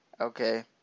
okay